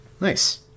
nice